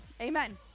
Amen